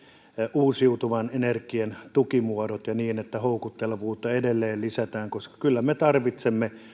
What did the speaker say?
uusiutuvan energian tukimuodot ja niin että houkuttelevuutta edelleen lisätään kyllä me tarvitsemme